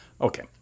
Okay